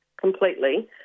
completely